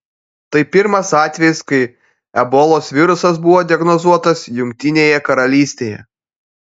tai pirmas atvejis kai ebolos virusas buvo diagnozuotas jungtinėje karalystėje